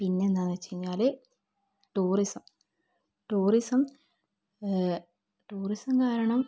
പിന്നെന്താണെന്ന് വെച്ച് കഴിഞ്ഞാൽ tourism tourism tourism കാരണം